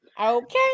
Okay